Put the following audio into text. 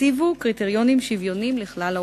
יציבו קריטריונים שוויוניים לכלל האוכלוסייה.